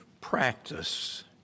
practice